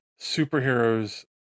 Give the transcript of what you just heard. superheroes